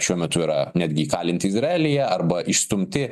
šiuo metu yra netgi įkalinti izraelyje arba išstumti